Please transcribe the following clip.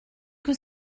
que